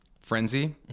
frenzy